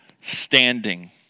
standing